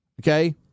okay